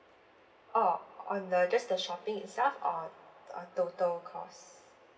orh on the just the shopping itself or on total cost